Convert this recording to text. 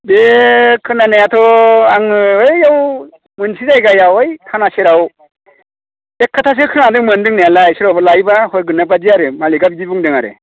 बे खोनानायाथ' आङो ओइयाव मोनसे जायगायाव ओइ थाना सेराव एक खाथासो खोनादोंमोन थानायालाय सोरबाफोर लायोबा होगोन बायदि आरो मालिगा बिदि बुंदों आरो